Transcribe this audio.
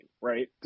right